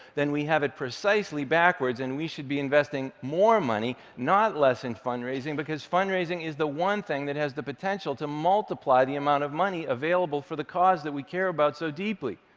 then we have it precisely backwards, and we should be investing more money, not less, in fundraising, because fundraising is the one thing that has the potential to multiply the amount of money available for the cause that we care about so deeply.